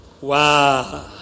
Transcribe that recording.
Wow